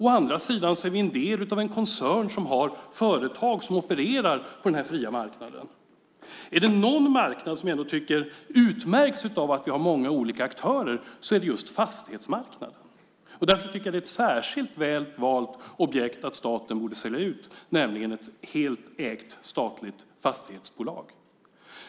Å andra sidan är vi en del av en koncern som har företag som opererar på denna fria marknad. Är det någon marknad som jag ändå tycker utmärks av att vi har många olika aktörer så är det just fastighetsmarknaden, och därför tycker jag att det är ett särskilt väl valt objekt för staten att sälja ut, nämligen ett helägt statligt fastighetsbolag.